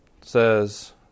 says